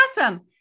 Awesome